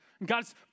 God's